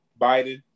Biden